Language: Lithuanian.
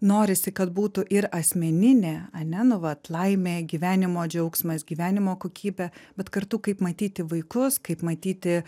norisi kad būtų ir asmeninė ane nu vat laimė gyvenimo džiaugsmas gyvenimo kokybė bet kartu kaip matyti vaikus kaip matyti